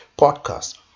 podcast